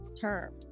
term